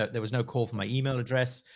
no, there was no call for my email address.